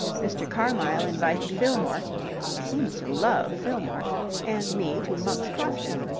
mr. carmyle invited fillmore he seems to love fillmore and me to monk's crofton,